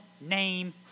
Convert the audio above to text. name